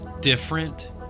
different